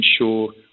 ensure